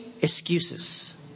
excuses